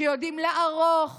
שיודעים לערוך